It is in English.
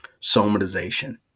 Somatization